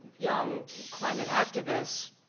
young climate activist,